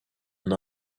and